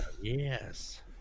yes